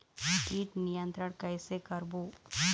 कीट नियंत्रण कइसे करबो?